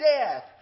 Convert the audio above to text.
death